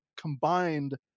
combined